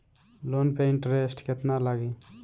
Loan पे interest केतना लागी?